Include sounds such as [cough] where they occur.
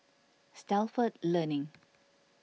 [noise] Stalford Learning